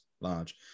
large